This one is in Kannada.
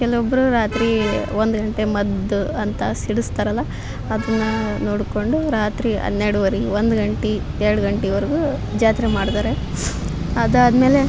ಕೆಲ್ವೊಬ್ರು ರಾತ್ರಿ ಒಂದು ಗಂಟೆಗೆ ಮದ್ದು ಅಂತ ಸಿಡಿಸ್ತಾರಲ್ಲ ಅದನ್ನು ನೋಡಿಕೊಂಡು ರಾತ್ರಿ ಹನ್ನೆರಡುವರೆಗೆ ಒಂದು ಗಂಟೆ ಎರಡು ಗಂಟೆವರ್ಗು ಜಾತ್ರೆ ಮಾಡ್ತಾರೆ ಅದಾದ ಮೇಲೆ